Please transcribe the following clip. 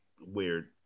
weird